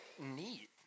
Neat